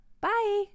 Bye